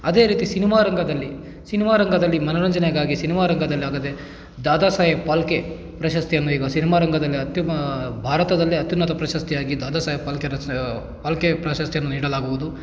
ಅದೇ ರೀತಿ ಸಿನಿಮಾ ರಂಗದಲ್ಲಿ ಸಿನಿಮಾ ರಂಗದಲ್ಲಿ ಮನೊರಂಜನೆಗಾಗಿ ಸಿನಿಮಾ ರಂಗದಲ್ಲಾಗದೆ ದಾದಾ ಸಾಹೇಬ್ ಫಾಲ್ಕೆ ಪ್ರಶಸ್ತಿಯನ್ನು ಈಗ ಸಿನಿಮಾ ರಂಗದಲ್ಲಿ ಅತ್ಯುಮ ಭಾರತದಲ್ಲೇ ಅತ್ಯುನ್ನತ ಪ್ರಶಸ್ತಿಯಾಗಿ ದಾದಾ ಸಾಹೇಬ್ ಫಾಲ್ಕೆ ಫಾಲ್ಕೆ ಪ್ರಶಸ್ತಿಯನ್ನು ನೀಡಲಾಗುವುದು